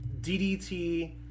DDT